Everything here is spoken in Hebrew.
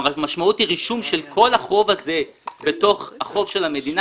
המשמעות היא רישום כל החוב הזה בתוך החוב של המדינה,